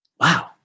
wow